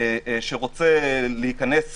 שרוצה להשיג